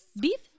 Beef